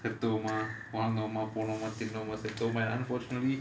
செத்தோமா வாழ்ந்தோமா போனாமா தின்னோமா செத்தோமா:sethomaa vanthomaa ponomaa thinnomaa sethomaa unfortunately